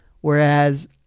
whereas